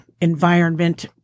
environment